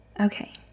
Okay